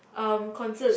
um concerts